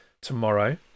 tomorrow